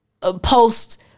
post